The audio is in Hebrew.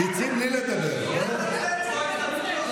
תצאי בלי לדבר, בסדר?